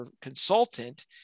consultant